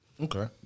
Okay